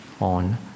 on